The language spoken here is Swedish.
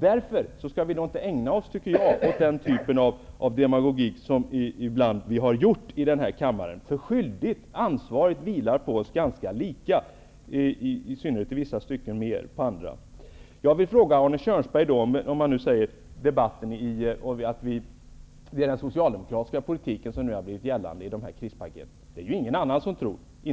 Därför skall vi inte ägna oss åt demagogi på det sätt som vi ibland har gjort i kammaren. Skyldigheten och ansvaret vilar ganska lika på oss, i synnerhet i vissa stycken, men mer på några. Arne Kjörnsberg säger att det är den socialdemokratiska politiken som har blivit gällande i krispaketen. Det är inte någon annan som tror det,